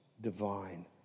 divine